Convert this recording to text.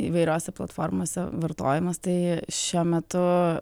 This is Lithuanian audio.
įvairiose platformose vartojimas tai šiuo metu